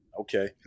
okay